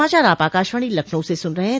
यह समाचार आप आकाशवाणी लखनऊ से सुन रहे हैं